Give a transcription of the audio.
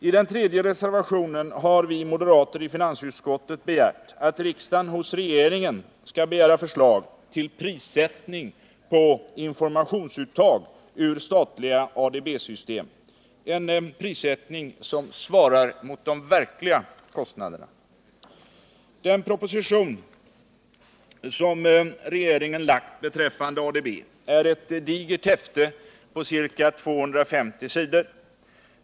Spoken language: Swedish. I reservationen 3 har vi moderater i finansutskottet hemställt att riksdagen hos regeringen skall begära förslag till prissättning på informationsuttag ur statliga ADB-system, en prissättning som svarar mot de verkliga kostnaderna. Den proposition som regeringen lagt beträffande ADB är ett digert häfte på ca 250 sidor.